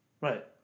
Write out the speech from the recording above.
Right